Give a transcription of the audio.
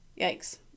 Yikes